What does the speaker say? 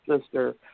sister